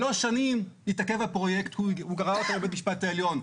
שלוש שנים התעכב הפרויקט כי הוא גרר אותם לבית המשפט העליון.